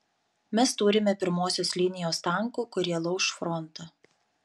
mes turime pirmosios linijos tankų kurie lauš frontą